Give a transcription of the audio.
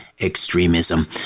extremism